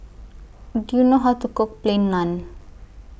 Do YOU know How to Cook Plain Naan